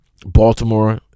Baltimore